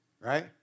right